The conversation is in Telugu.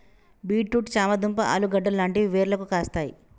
బీట్ రూట్ చామ దుంప ఆలుగడ్డలు లాంటివి వేర్లకు కాస్తాయి